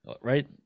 right